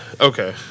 Okay